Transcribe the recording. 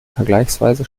vergleichsweise